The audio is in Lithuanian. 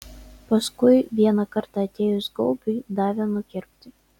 paskui vieną kartą atėjus gaubiui davė nukirpti